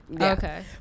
Okay